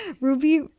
ruby